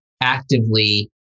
actively